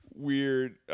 Weird